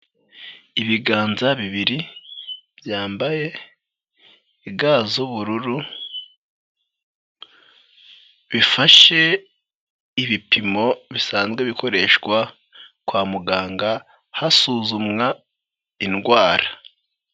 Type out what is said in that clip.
Ibiganza bibiri byambaye ga z'ubururu, bifashe ibipimo bisanzwe bikoreshwa kwa muganga hasuzumwa indwara.